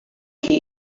hie